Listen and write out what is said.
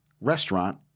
restaurant